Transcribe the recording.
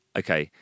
okay